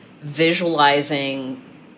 visualizing